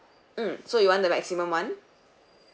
mm so you want the maximum one